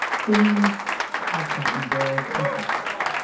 things have gotten very complex.